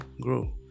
grow